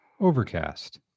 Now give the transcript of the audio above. Overcast